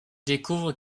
découvre